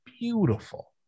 beautiful